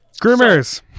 Groomers